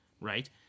right